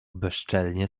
bezczelnie